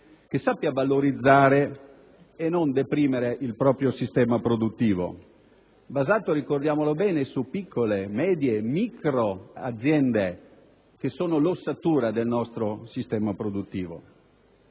che sappia valorizzare e non deprimere il proprio sistema produttivo, basato, ricordiamolo bene, su medie, piccole e microaziende, che sono l'ossatura del nostro sistema produttivo.